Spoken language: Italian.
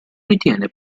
ritiene